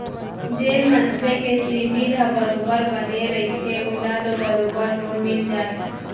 जेन मनसे के सिविल ह बरोबर बने रहिथे ओला तो बरोबर लोन मिल जाथे